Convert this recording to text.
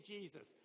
Jesus